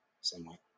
somewhat